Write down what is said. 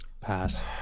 Pass